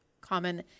common